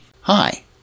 Hi